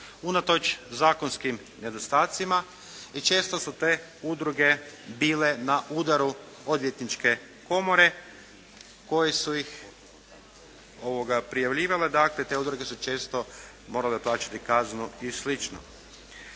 unatoč zakonskim nedostacima i često su te udruge bile na udaru odvjetničke komore koje su ih prijavljivale. Dakle te udruge su često morale plaćati kaznu i